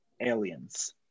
Aliens